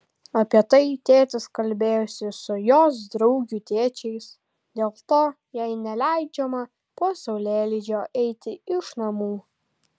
apie tai tėtis kalbėjosi su jos draugių tėčiais dėl to jai neleidžiama po saulėlydžio eiti iš namų